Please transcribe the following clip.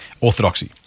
orthodoxy